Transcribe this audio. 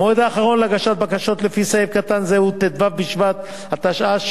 המועד האחרון להגשת בקשות לפי סעיף קטן זה הוא ט"ו בשבט התש"ע,